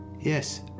Yes